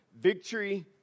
Victory